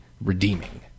redeeming